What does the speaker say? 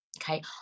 okay